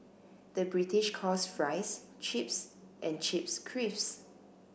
the British calls fries chips and chips crisps